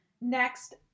Next